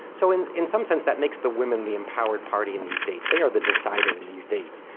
so in in some sense that makes the women the empowered party in these dates, they are the decider in these dates.